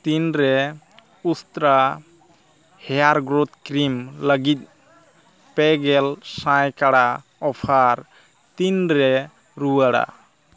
ᱛᱤᱱᱨᱮ ᱩᱥᱛᱨᱟ hair growth cream ᱞᱟᱹᱜᱤᱫ ᱯᱮᱜᱮᱞ ᱥᱟᱭᱠᱟᱲᱟ ᱚᱯᱷᱟᱨ ᱛᱤᱱᱨᱮ ᱨᱩᱣᱟᱹᱲᱟ